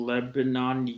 Lebanon